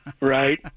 right